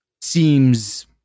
seems